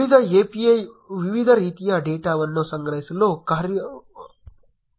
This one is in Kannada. ಉಳಿದ API ವಿವಿಧ ರೀತಿಯ ಡೇಟಾವನ್ನು ಸಂಗ್ರಹಿಸಲು ಕಾರ್ಯವನ್ನು ಒದಗಿಸುತ್ತದೆ